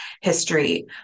history